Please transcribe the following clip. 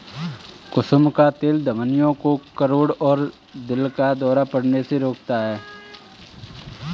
कुसुम का तेल धमनियों को कठोर और दिल का दौरा पड़ने से रोकता है